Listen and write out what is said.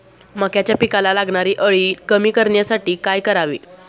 मक्याच्या पिकाला लागणारी अळी कमी करण्यासाठी काय करावे?